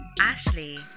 Ashley